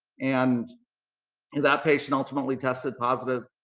and and that patient ultimately tested positive.